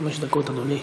חמש דקות, אדוני.